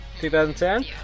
2010